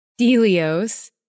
Delios